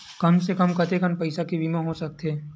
कम से कम कतेकन पईसा के बीमा हो सकथे?